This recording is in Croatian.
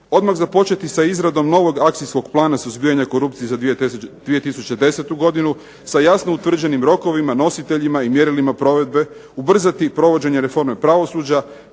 "Odmah započeti s izradom novog akcijskog plana suzbijanja korupcije 2010. godinu sa jasno utvrđenim rokovima nositeljima i mjerilima provedbe, ubrzati provođenje reforme pravosuđa